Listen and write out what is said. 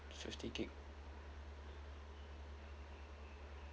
fifty gigabyte